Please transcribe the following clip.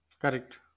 Correct